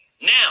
Now